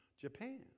Japan